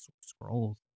scrolls